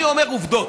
אני אומר עובדות,